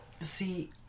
See